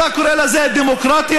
אתה קורא לזה דמוקרטיה?